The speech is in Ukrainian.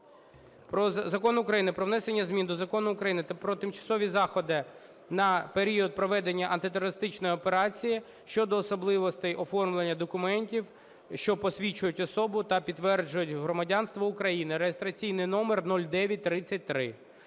Закон України про внесення змін до Закону України "Про тимчасові заходи на період проведення антитерористичної операції" (щодо особливостей оформлення документів, що посвідчують особу та підтверджують громадянство України) (реєстраційний номер 0933).